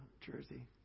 Jersey